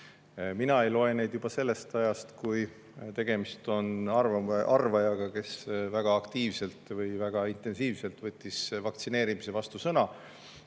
Mina ei loe neid juba sellest ajast, [kui selgus, et] tegemist on arvajaga, kes väga aktiivselt või väga intensiivselt võttis sõna vaktsineerimise vastu.